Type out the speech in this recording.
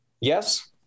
Yes